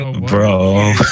Bro